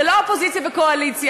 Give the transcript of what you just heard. זה לא אופוזיציה וקואליציה.